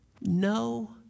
no